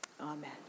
Amen